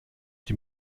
die